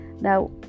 now